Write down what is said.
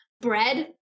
bread